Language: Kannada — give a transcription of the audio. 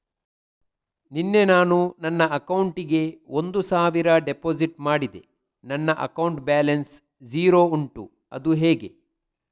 ನಿನ್ನೆ ನಾನು ನನ್ನ ಅಕೌಂಟಿಗೆ ಒಂದು ಸಾವಿರ ಡೆಪೋಸಿಟ್ ಮಾಡಿದೆ ನನ್ನ ಅಕೌಂಟ್ ಬ್ಯಾಲೆನ್ಸ್ ಝೀರೋ ಉಂಟು ಅದು ಹೇಗೆ?